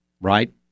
right